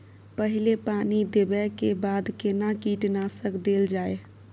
पहिले पानी देबै के बाद केना कीटनासक देल जाय?